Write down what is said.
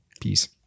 Peace